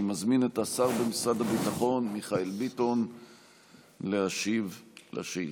אני מזמין את השר במשרד הביטחון מיכאל ביטון להשיב על השאילתה.